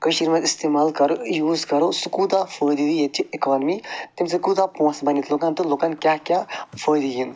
کٔشیٖرِ منٛز استعمال کَرٕ یوٗز کَرو سُہ کوٗتاہ فٲیِدٕ دِیہِ یٔتۍ چہِ اِکانمی تَمہِ سۭتۍ کۭژاہ پونٛسہٕ بَنہِ ییٚتہِ لوٗکَن تہٕ لوٗکَن کیٛاہ کیٛاہ فٲیِدٕ یِن